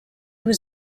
was